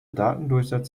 datendurchsatz